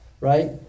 right